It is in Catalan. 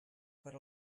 per